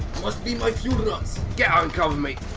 must be my fuel rods. get out and cover me!